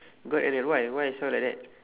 god enel why why I sound like that